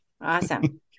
awesome